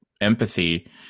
empathy